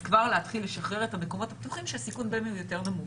אז כבר להתחיל לשחרר את המקומות הפתוחים שהסיכון בהם הוא יותר נמוך.